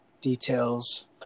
details